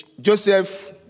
Joseph